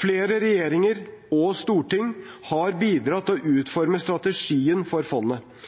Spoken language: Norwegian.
Flere regjeringer og storting har bidratt til å utforme strategien for fondet.